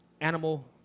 Animal